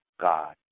God